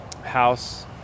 house